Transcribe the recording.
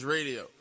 Radio